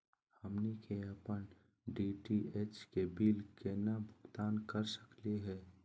हमनी के अपन डी.टी.एच के बिल केना भुगतान कर सकली हे?